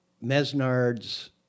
Mesnard's